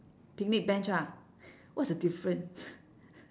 picnic bench ah what's the difference